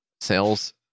Sales